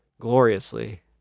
gloriously